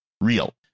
real